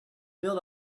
build